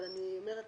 אבל אני אומרת.